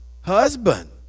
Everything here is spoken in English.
husband